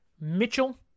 Mitchell